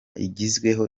igezweho